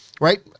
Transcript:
right